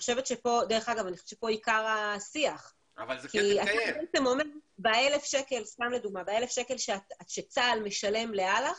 פה עיקר השיח --- ב-1,000 שצה"ל משלם לאל"ח